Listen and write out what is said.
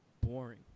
boring